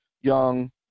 young